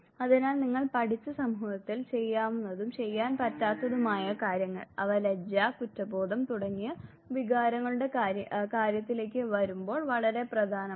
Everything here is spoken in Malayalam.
അതിനാൽ നിങ്ങൾ പഠിച്ച സമൂഹത്തിൽ ചെയ്യാവുന്നതും ചെയ്യാൻ പറ്റാത്തതുമായ കാര്യങ്ങൾ അവ ലജ്ജ കുറ്റബോധം തുടങ്ങിയ വികാരങ്ങളുടെ കാര്യത്തിലേക്ക് വരുമ്പോൾ വളരെ പ്രധാനമാണ്